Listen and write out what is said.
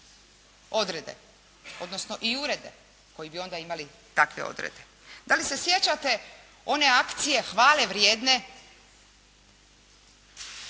odrede, odnosno i urede koji bi onda imali takve odrede. Da li se sjećate one akcije hvale vrijedne